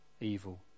evil